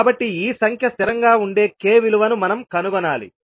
కాబట్టి ఈ సంఖ్య స్థిరంగా ఉండే k విలువను మనం కనుగొనాలి